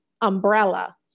umbrella